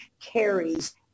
carries